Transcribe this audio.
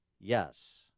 Yes